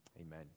Amen